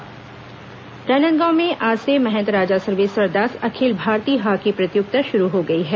hockey Rajnandgaon में आज से महंत राजा सर्वेश्वर दास अखिल भारतीय हॉकी प्रतियोगिता शुरू हो गई है